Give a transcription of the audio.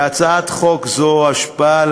להצעת חוק זו השפעה על